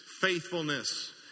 faithfulness